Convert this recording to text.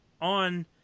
On